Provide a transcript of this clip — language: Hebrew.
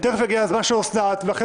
תיכף יגיע הזמן של אוסנת מארק ואחרי